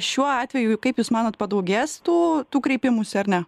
šiuo atveju kaip jūs manot padaugės tų tų kreipimųsi ar ne